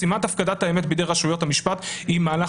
משימת הפקדת האמת בידי רשויות המשפט היא מהלך